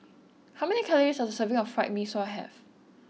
How many calories does a serving of Fried Mee Sua have